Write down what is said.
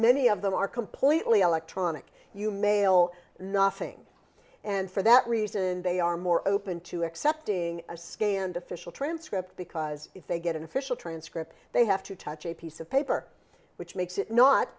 many of them are completely electronic you mail nothing and for that reason they are more open to accepting a scanned official transcript because if they get an official transcript they have to touch a piece of paper which makes it not